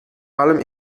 allem